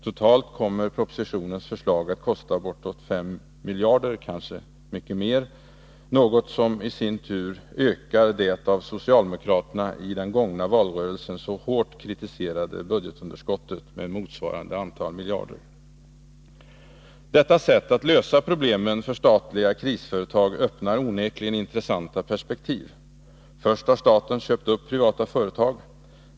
Totalt kommer propositionens förslag att kosta bortåt 5 miljarder kronor, kanske mycket mer, något som i sin tur ökar det av socialdemokraterna i den gångna valrörelsen så hårt kritiserade budgetunderskottet med motsvarande antal miljarder. Detta sätt att lösa problemen för statliga krisföretag öppnar onekligen intressanta perspektiv. Först har staten köpt upp privata företag.